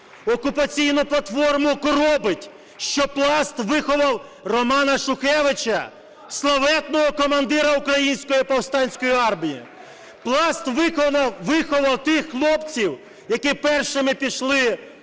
"окупаційну платформу" коробить, що Пласт виховав Романа Шухевича, славетного командира української повстанської армії. Пласт виховав тих хлопців, які першими пішли на війну